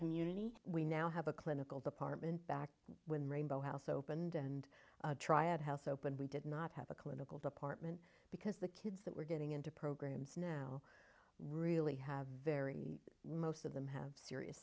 community we now have a clinical department back when rainbow house opened and triad house open we did not have a clinical department because the kids that were getting into programs now really have very most of them have serious